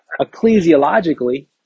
Ecclesiologically